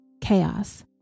chaos